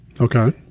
Okay